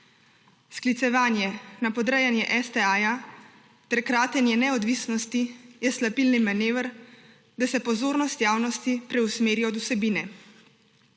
Sklicevanje na podrejanje STA ter kratenje neodvisnosti je slabilni manever, da se pozornost javnosti preusmeri od vsebine.